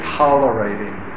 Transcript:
tolerating